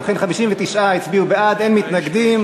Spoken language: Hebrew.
ובכן, 59 הצביעו בעד, אין מתנגדים,